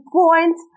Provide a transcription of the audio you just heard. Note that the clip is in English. point